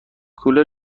کولر